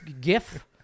gif